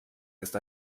ist